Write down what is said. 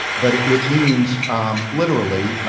but it means um literally,